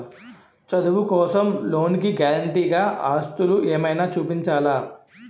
చదువు కోసం లోన్ కి గారంటే గా ఆస్తులు ఏమైనా చూపించాలా?